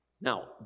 Now